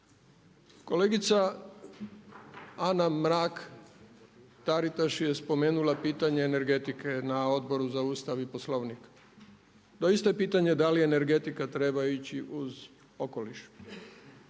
Kolegica Ana Mrak Taritaš je spomenula pitanje energetike na Odboru za Ustav i Poslovnik. Doista je pitanje da li energetika treba ići uz okoliš?